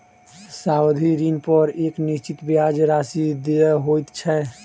सावधि ऋणपर एक निश्चित ब्याज राशि देय होइत छै